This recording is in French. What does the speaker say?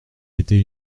été